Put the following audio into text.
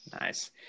nice